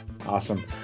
Awesome